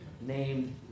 Named